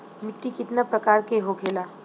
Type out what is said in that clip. मिट्टी कितना प्रकार के होखेला?